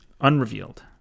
unrevealed